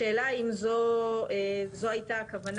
השאלה אם זו הייתה הכוונה.